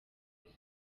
wese